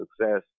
success